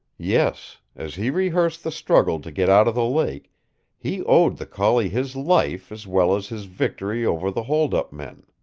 yes as he rehearsed the struggle to get out of the lake he owed the collie his life as well as his victory over the holdup men.